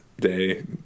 day